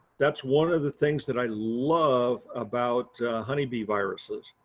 that's one of the things that i love about honeybee viruses,